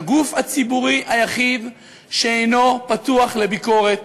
הגוף הציבורי היחיד שאינו פתוח לביקורת.